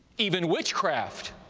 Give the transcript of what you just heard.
even witchcraft.